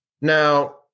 Now